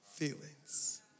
Feelings